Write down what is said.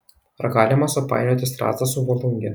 ar galima supainioti strazdą su volunge